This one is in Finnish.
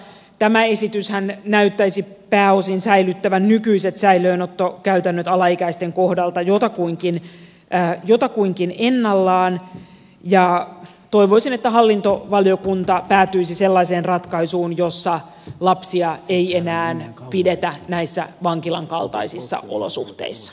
tämä esityshän näyttäisi pääosin säilyttävän nykyiset säilöönottokäytännöt alaikäisten kohdalta jotakuinkin ennallaan ja toivoisin että hallintovaliokunta päätyisi sellaiseen ratkaisuun jossa lapsia ei enää pidetä näissä vankilan kaltaisissa olosuhteissa